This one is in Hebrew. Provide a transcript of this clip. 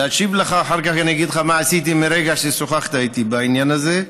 ואחר כך אומר לך מה עשיתי מהרגע ששוחחת איתי בעניין הזה.